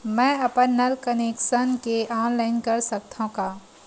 मैं अपन नल कनेक्शन के ऑनलाइन कर सकथव का?